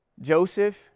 Joseph